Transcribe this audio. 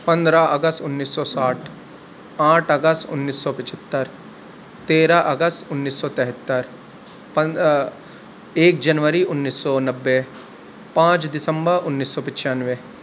پندرہ اگست انیس سو ساٹھ آٹھ اگست انیس سو پچہتر تیرہ اگست انیس سو تہتر ایک جنوری انیس سو نبھے پانچ دسمبر انیس سو پچانوے